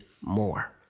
more